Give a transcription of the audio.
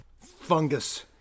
fungus